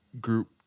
group